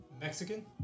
Mexican